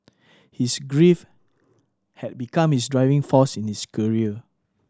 his grief had become his driving force in his career